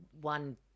one